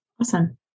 Awesome